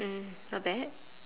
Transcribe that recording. mm not bad